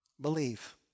Believe